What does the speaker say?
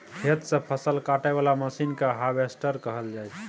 खेत सँ फसल काटय बला मशीन केँ हार्वेस्टर कहल जाइ छै